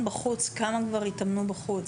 כמה כבר הם יתאמנו בחוץ?